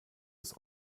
ist